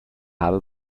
habe